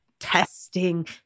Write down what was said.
testing